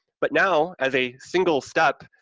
but now, as a single step,